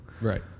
right